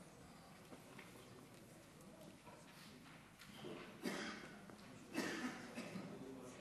סגן